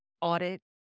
audit